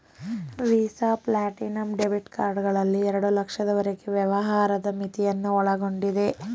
visa platinum debit card ನಲ್ಲಿ ಎರಡು ಲಕ್ಷದವರೆಗೆ ವ್ಯವಹಾರದ ಮಿತಿಯನ್ನು ಒಳಗೊಂಡಿದೆ